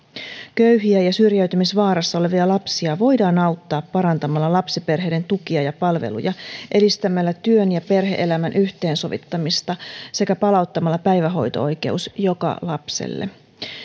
köyhiä ja syrjäytymisvaarassa olevia lapsia voidaan auttaa parantamalla lapsiperheiden tukia ja palveluja edistämällä työn ja perhe elämän yhteensovittamista sekä palauttamalla päivähoito oikeus joka lapselle